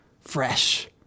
fresh